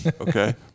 okay